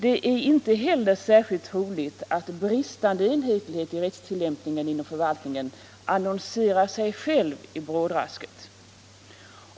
Det är inte heller särskilt troligt att bristande enhetlighet i rättstillämpningen inom förvaltningen annonserar sig själv i brådrasket.